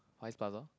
Far East Plaza